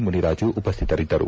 ಮುನಿರಾಜು ಉಪಸ್ಟಿತರಿದ್ದರು